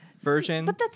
version